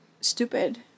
stupid